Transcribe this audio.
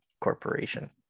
corporation